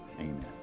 amen